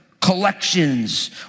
collections